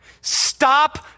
Stop